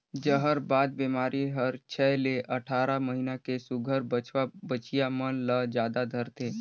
जहरबाद बेमारी हर छै ले अठारह महीना के सुग्घर बछवा बछिया मन ल जादा धरथे